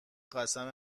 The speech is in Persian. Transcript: قسم